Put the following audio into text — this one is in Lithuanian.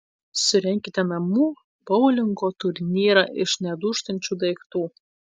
surenkite namų boulingo turnyrą iš nedūžtančių daiktų